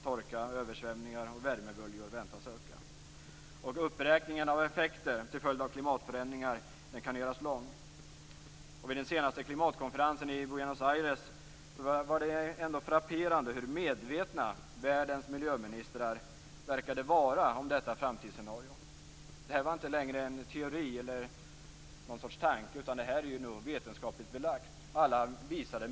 Torka, översvämningar och värmeböljor väntas öka. Uppräkningen av effekter till följd av klimatförändringar kan göras lång. Vid den senaste klimatkonferensen i Buenos Aires var det frapperande hur medvetna världens miljöministrar verkade vara om detta framtidsscenario. Detta är inte längre en teori eller någon tanke, utan det är vetenskapligt belagt.